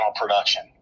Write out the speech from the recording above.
production